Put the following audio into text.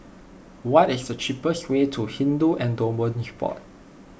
what is the cheapest way to Hindu Endowments Board